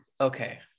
okay